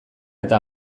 eta